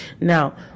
Now